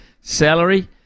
salary